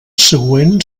següent